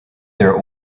their